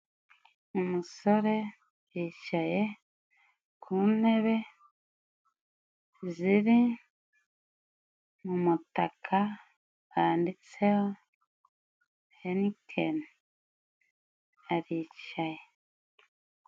Umusore yicaye ku ntebe ziri mu mutaka handitseho henikeni, aricaye.